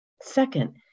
Second